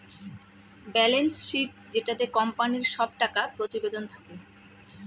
balance sheet যেটাতে কোম্পানির সব টাকা প্রতিবেদন থাকে